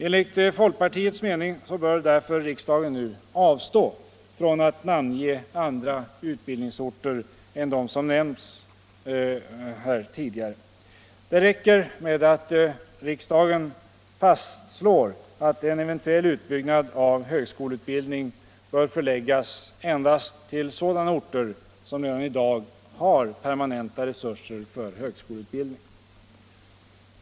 Enligt folkpartiets mening bör därför riksdagen avstå från att namnge andra utbildningsorter än dem som nämnts här tidigare. Det räcker att riksdagen fastslår att en eventuell utbyggnad av högskoleutbildning bör förläggas endast till sådana orter som redan i dag har permanenta resurser för högskoleutbildning.